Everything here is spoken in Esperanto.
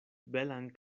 belan